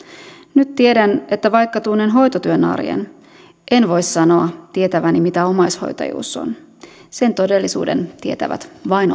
nyt tiedän että vaikka tunnen hoitotyön arjen en voi sanoa tietäväni mitä omaishoitajuus on sen todellisuuden tietävät vain